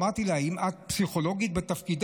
אמרתי לה: אם את פסיכולוגית בתפקידך,